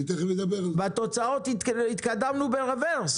בתוצאות התקדמנו ברוורס.